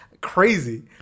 crazy